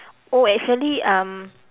oh actually um